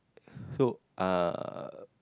so uh